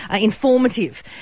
informative